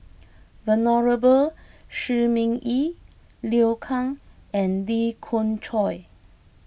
Venerable Shi Ming Yi Liu Kang and Lee Khoon Choy